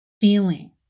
feeling